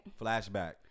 Flashback